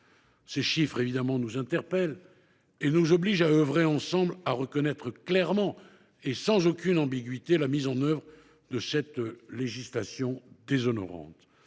Ces chiffres nous interpellent et nous obligent à œuvrer ensemble à reconnaître clairement et sans aucune ambiguïté la mise en œuvre de cette législation déshonorante.